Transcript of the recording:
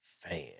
fan